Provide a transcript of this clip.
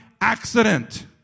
accident